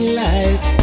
life